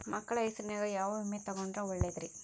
ಮಕ್ಕಳ ಹೆಸರಿನ್ಯಾಗ ಯಾವ ವಿಮೆ ತೊಗೊಂಡ್ರ ಒಳ್ಳೆದ್ರಿ?